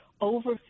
over